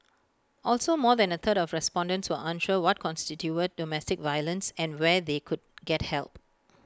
also more than A third of respondents were unsure what constituted domestic violence and where they could get help